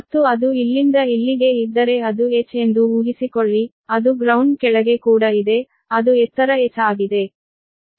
ಮತ್ತು ಅದು ಇಲ್ಲಿಂದ ಇಲ್ಲಿಗೆ ಇದ್ದರೆ ಅದು h ಎಂದು ಊಹಿಸಿಕೊಳ್ಳಿ ಅದು ಗ್ರೌಂಡ್ ಕೆಳಗೆ ಕೂಡ ಇದೆ ಅದು ಎತ್ತರ h ಆಗಿದೆ